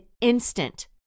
instant